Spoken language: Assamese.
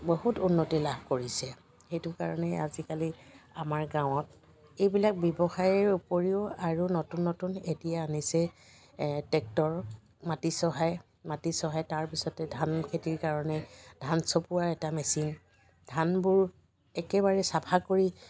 বহুত উন্নতি লাভ কৰিছে সেইটো কাৰণে আজিকালি আমাৰ গাঁৱত এইবিলাক ব্যৱসায়ৰ উপৰিও আৰু নতুন নতুন এতিয়া আনিছে ট্ৰেক্টৰ মাটি চহায় মাটি চহায় তাৰপিছতে ধান খেতিৰ কাৰণে ধান চপোৱাৰ এটা মেচিন ধানবোৰ একেবাৰে চফা কৰি